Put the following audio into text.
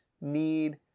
need